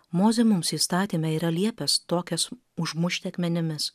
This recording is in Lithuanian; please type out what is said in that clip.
mozė mums įstatyme yra liepęs tokias užmušti akmenimis